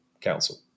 council